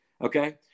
Okay